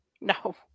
No